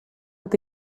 with